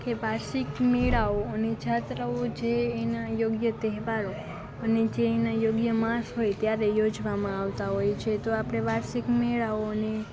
કે વાર્ષિક મેળાઓ અને જાત્રાઓ જે એના યોગ્ય તહેવારો અને જે એના યોગ્ય માસ હોય ત્યારે યોજવામાં આવતા હોય છે તો આપણે વાર્ષિક મેળાઓને